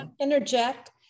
interject